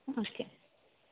okay